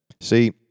See